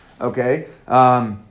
Okay